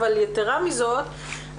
אבל יתרה מזאת,